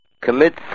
commits